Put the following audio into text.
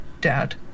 Dad